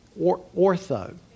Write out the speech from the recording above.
Ortho